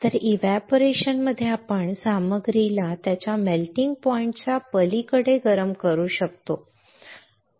तर एव्हपोरेशन मध्ये आपण सामग्रीला त्याच्या मेल्टिंग पॉइंट च्या पलीकडे कसे गरम करू शकतो ते पाहू